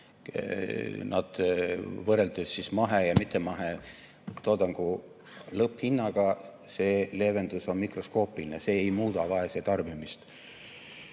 võrreldes mahe‑ ja mittemahetoodangu lõpphinnaga. See leevendus on mikroskoopiline, see ei muuda vaese tarbimist.